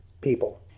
people